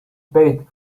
paid